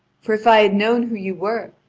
for if i had known who you were,